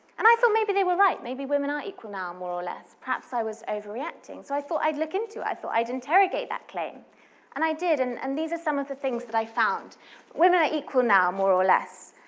and i thought, maybe they were right, maybe women are equal now, more or less perhaps i was overreacting. so i thought i'd look into it, so i'd interrogate that claim and i did. and and these are some of the things that i found women are equal now, more or less.